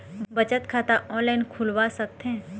बचत खाता ऑनलाइन खोलवा सकथें?